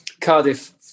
Cardiff